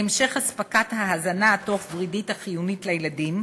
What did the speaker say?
להמשך אספקת ההזנה התוך-ורידית החיונית לילדים,